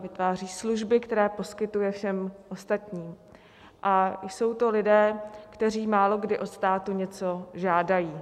Vytváří služby, které poskytuje všem ostatním, a jsou to lidé, kteří málokdy od státu něco žádají.